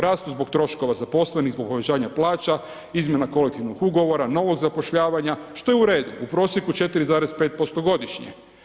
Rastu zbog troškova zaposlenih, zbog povećanja plaća, izmjena kolektivnog ugovora, novog zapošljavanja što je u redu u prosjeku 4,5% godišnje.